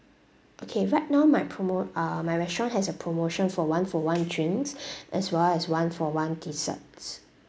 okay right now my promo~ ah my restaurant has a promotion for one for one drinks as well as one for one desserts